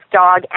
dog